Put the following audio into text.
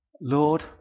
Lord